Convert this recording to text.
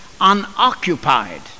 unoccupied